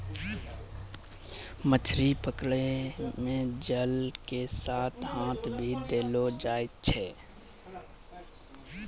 मछली पकड़ै मे जाल के हाथ से भी देलो जाय छै